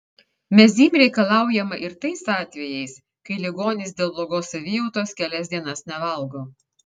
mezym reikalaujama ir tais atvejais kai ligonis dėl blogos savijautos kelias dienas nevalgo